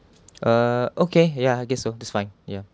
uh okay ya guess so that's fine ya